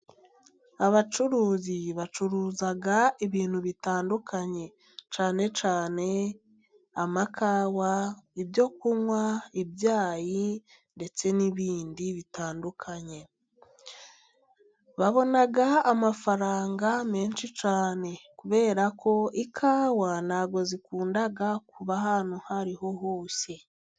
Abacuruzi bacuruza ibintu bitandukanye cyane cyane amakawa , ibyo kunywa, ibyayi ndetse n'ibindi bitandukanye . Babonaga amafaranga menshi cyane kubera ko ikawa ntabwo zikunda kuba ahantu ahariho hose.